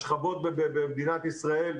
השכבות במדינת ישראל,